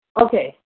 Okay